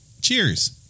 Cheers